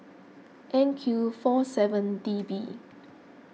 N Q four seven D B